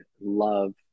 love